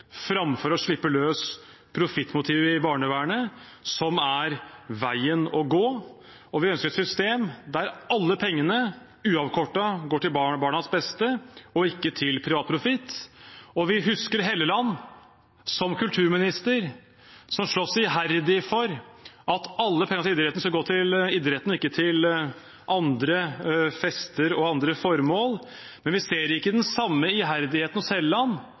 framfor å slippe løs profittmotivet i barnevernet, som er veien å gå. Vi ønsker et system der alle pengene uavkortet går til barnas beste og ikke til privat profitt. Og vi husker Hofstad Helleland som kulturminister, som sloss iherdig for at alle pengene til idretten skulle gå til idretten og ikke til fester og andre formål, men vi ser ikke den samme iherdigheten hos